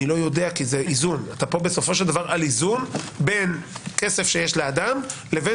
אני לא יודע כי זה איזון בין כסף שיש לאדם לבין